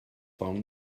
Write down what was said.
phone